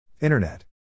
Internet